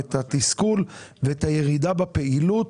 את התסכול ואת הירידה בפעילות